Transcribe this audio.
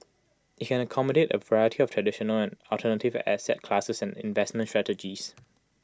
IT can accommodate A variety of traditional and alternative asset classes and investment strategies